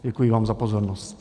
Děkuji vám za pozornost.